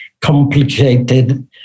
complicated